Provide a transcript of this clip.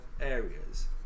areas